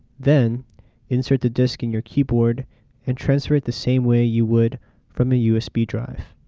then insert the disk in your keyboard and transfer it the same way you would from a usb drive.